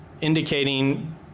indicating